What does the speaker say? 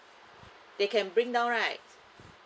they can bring down right